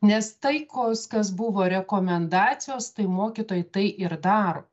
nes tai kos kas buvo rekomendacijos tai mokytojai tai ir daro